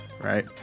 right